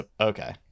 okay